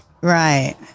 Right